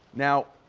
now,